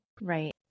Right